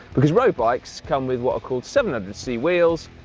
because road bikes come with what are called seven hundred c wheels,